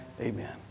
amen